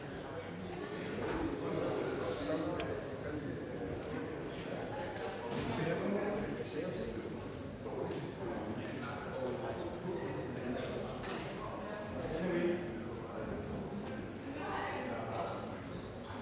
Hvad er det